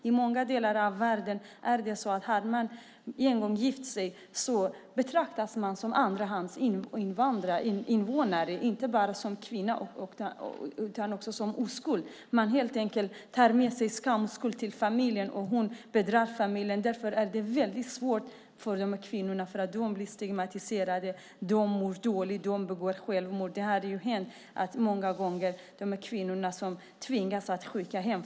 I många delar av världen är det så att har man en gång gift sig betraktas man som andrahandsinvånare, inte bara som kvinna utan också som oskuld. Man tar helt enkelt med sig skam och skuld till familjen. Hon bedrar familjen. Därför är det väldigt svårt för de här kvinnorna. De blir stigmatiserade. De mår dåligt. De begår självmord. Det har många gånger hänt att de här kvinnorna skickas hem.